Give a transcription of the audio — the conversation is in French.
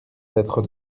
être